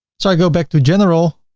so i go back to general